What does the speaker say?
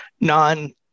non